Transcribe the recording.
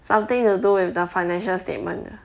something to do with the financial statement 的